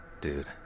Dude